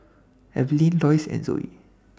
Evelyne Loyce and Zoie